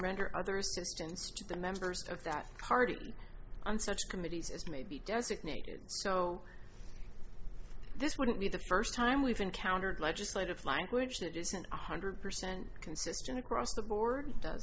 render other assistance to the members of that party on such committees as may be designated so this wouldn't be the first time we've encountered legislative language that isn't one hundred percent consistent across the board does